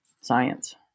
science